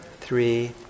three